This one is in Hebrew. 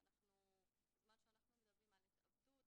כי בזמן שאנחנו מדברים על התאבדות,